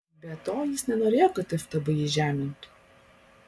be to jis nenorėjo kad ftb jį žemintų